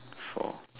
four